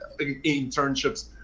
internships